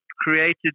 created